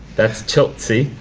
that's tilt see,